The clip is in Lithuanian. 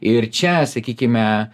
ir čia sakykime